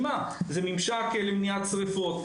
גם כממשק למניעת שריפות,